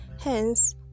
hence